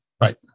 Right